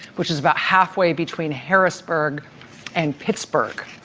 which is about halfway between harrisburg and pittsburgh.